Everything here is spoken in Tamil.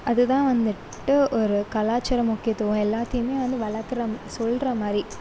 அது தான் வந்துவிட்டு ஒரு கலாச்சார முக்கியத்துவம் எல்லாத்லையுமே வந்து வளர்க்கிறம் சொல்கிற மாதிரி